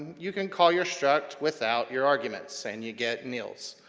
you can call your struct without your arguments, and you get nils.